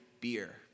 beer